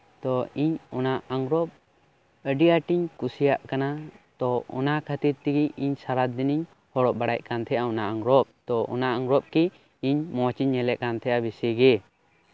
ᱛᱳ ᱤᱧ ᱚᱱᱟ ᱟᱸᱜᱨᱚᱵᱽ ᱟᱹᱰᱤ ᱟᱸᱴᱤᱧ ᱠᱩᱥᱤᱭᱟᱜ ᱠᱟᱱᱟ ᱛᱚ ᱚᱱᱟ ᱠᱷᱟᱹᱛᱤᱨ ᱛᱮ ᱤᱧ ᱥᱟᱨᱟ ᱫᱤᱱ ᱤᱧ ᱦᱚᱨᱚᱜ ᱵᱟᱲᱟᱭᱮᱫ ᱠᱟᱱ ᱛᱟᱦᱮᱱᱟ ᱚᱱᱟ ᱟᱸᱜᱽᱨᱚᱵ ᱫᱚ ᱟᱹᱰᱤ ᱢᱚᱸᱡᱽ ᱤᱧ ᱧᱮᱞ ᱮᱫ ᱠᱟᱱ ᱛᱟᱦᱮᱱᱟ ᱵᱮᱥᱤᱜᱮ